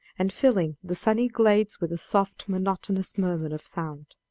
and filling the sunny glades with a soft, monotonous murmur of sound.